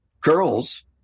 girls—